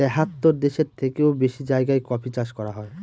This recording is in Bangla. তেহাত্তর দেশের থেকেও বেশি জায়গায় কফি চাষ করা হয়